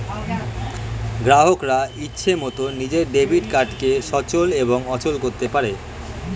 গ্রাহকরা ইচ্ছে মতন নিজের ডেবিট কার্ডকে সচল এবং অচল করতে পারে